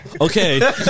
Okay